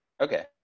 Okay